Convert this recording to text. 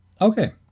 Okay